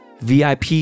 VIP